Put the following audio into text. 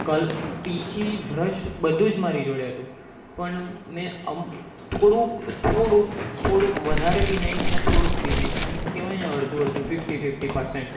કલ પીંછી બ્રશ બધું જ મારી જોડે હતું પણ મેં આમ થોડુંક થોડુંક થોડુંક વધારે બી નહીં અને થોડુંક બી નહીં આમ કહેવાયને અડધું અડધું ફિફ્ટી ફિફ્ટી પરસેન્ટ